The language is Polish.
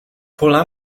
pola